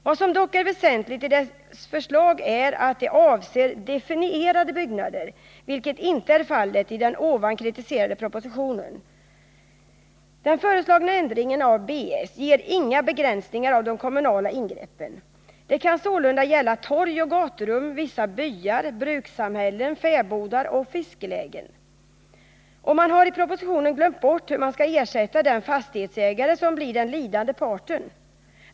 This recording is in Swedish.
Vad som dock är väsentligt är att förslaget avser definierade byggnader, vilket inte är fallet i den nu aktuella propositionen. Den däri föreslagna ändringen av byggnadsstadgan ger inga begränsningar av de kommunala ingreppen. Det kan sålunda gälla torg och gaturum, vissa byar, brukssamhällen, fäbodar och fiskelägen. Och man har i propositionen glömt bort hur man skall ersätta den fastighetsägare som blir den lidande parten.